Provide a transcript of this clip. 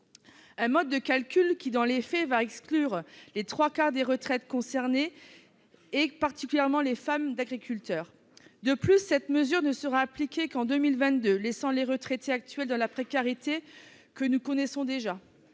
Ce mode de calcul, dans les faits, va exclure les trois quarts des retraités concernés, particulièrement les femmes d'agriculteurs. De plus, cette mesure ne sera appliquée qu'en 2022, laissant les retraités actuels dans la précarité que nous constatons déjà.